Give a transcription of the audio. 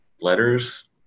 letters